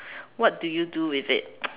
what do you do with it